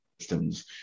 systems